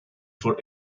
for